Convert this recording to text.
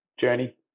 journey